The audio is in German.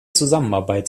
zusammenarbeit